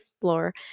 floor